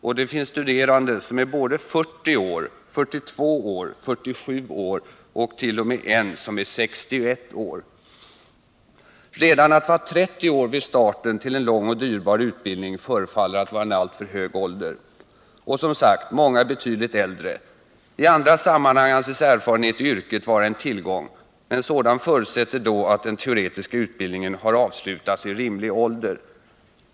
Och det finns studerande som är både 40 år, 42 år, 47 år och t.o.m. en som är 61 år. Redan att vara 30 år vid starten av en lång och dyrbar utbildning förefaller att vara en alltför hög ålder. Och, som sagt, många är betydligt äldre. I andra sammanhang anses erfarenhet i yrket vara en tillgång — men sådan förutsätter då att den teoretiska utbildningen har avslutats i rimlig ålder.